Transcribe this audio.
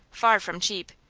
far from cheap.